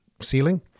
ceiling